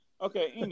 Okay